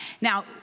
Now